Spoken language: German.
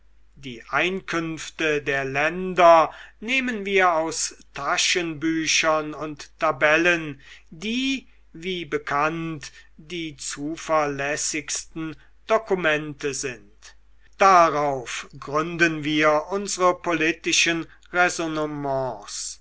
die einkünfte der länder nehmen wir aus taschenbüchern und tabellen die wie bekannt die zuverlässigsten dokumente sind darauf gründen wir unsre politischen